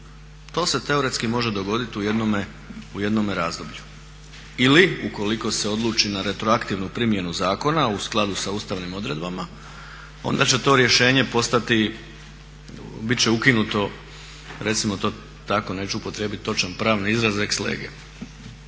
To se teoretski može dogoditi u jednome razdoblju ili ukoliko se odluči na retroaktivnu primjenu zakona u skladu sa ustavnim odredbama onda će to rješenje postati, bit će ukinuto recimo to tako, neću upotrijebiti točan pravni izraz ex lege.